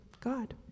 God